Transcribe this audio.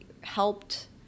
helped